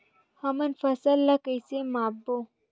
हमन फसल ला कइसे माप बो?